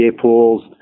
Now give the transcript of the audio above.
pools